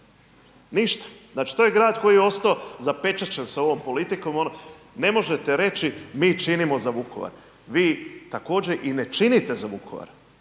ništa, znači to je grad koji je ostao zapečaćen sa ovom politikom, ono, ne možete reći mi činimo za Vukovar. Vi također i ne činite za Vukovar,